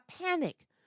panic